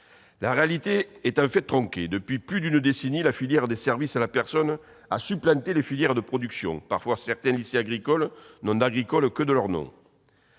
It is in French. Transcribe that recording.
La réalité est, en fait, tronquée. Depuis plus d'une décennie, la filière des services à la personne a supplanté les filières de production : parfois, certains lycées agricoles n'ont d'agricole que le nom.